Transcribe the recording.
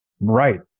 Right